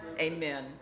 amen